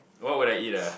what would I eat ah